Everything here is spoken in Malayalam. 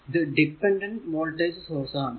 ഇത് ഡിപെൻഡന്റ് വോൾടേജ് സോഴ്സ് ആണ്